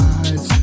eyes